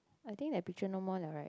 I think that picture no more liao right